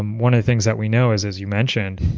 um one of the things that we know is, as you mentioned,